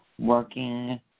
working